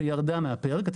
אתה